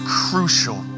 crucial